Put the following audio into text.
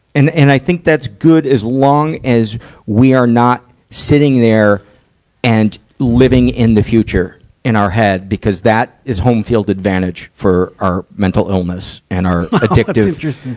and, and i think that's good, as long as we are not sitting there and living in the future in our head, because that is home field advantage for our mental illness and our addictive kjell